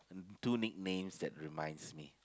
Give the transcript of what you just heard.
two nicknames that reminds me